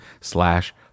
slash